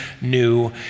new